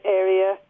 area